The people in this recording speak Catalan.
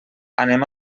anem